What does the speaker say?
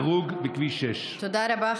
'הרוג בכביש 6'". תודה רבה,